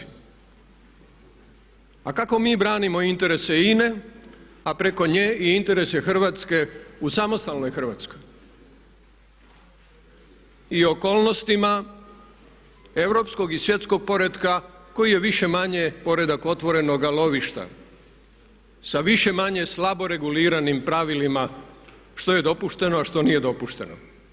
A kako mi branimo interese INA-e a preko nje i interese Hrvatske u samostalnoj Hrvatskoj i okolnostima europskog i svjetskog poretka koji je više-manje poredak otvorenoga lovišta sa više-manje slabo reguliranim pravilima što je dopušteno a što nije dopušteno.